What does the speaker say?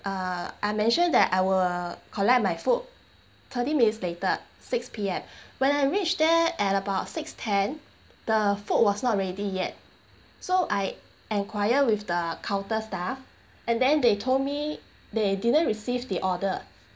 uh I mentioned that I will collect my food thirty minutes later six P_M when I reached there at about six ten the food was not ready yet so I enquire with the counter staff and then they told me they didn't receive the order